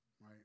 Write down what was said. right